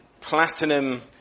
Platinum